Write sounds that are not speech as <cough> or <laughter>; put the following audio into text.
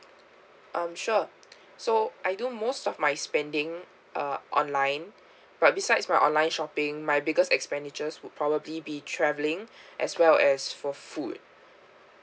um sure so I do most of my spending uh online <breath> but besides my online shopping my biggest expenditures would probably be travelling <breath> as well as for food